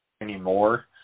anymore